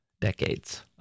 decades